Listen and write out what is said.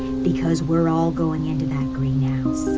because we're all going into that greenhouse.